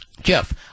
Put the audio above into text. Jeff